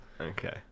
Okay